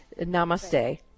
namaste